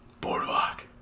Boardwalk